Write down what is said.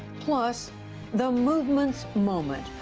plus the movement's moment.